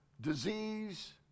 disease